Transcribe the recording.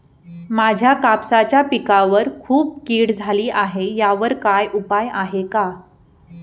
माझ्या कापसाच्या पिकावर खूप कीड झाली आहे यावर काय उपाय आहे का?